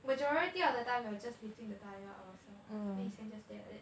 majority of the time you just lifting the tire ourselve then his hand just stay like that